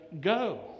go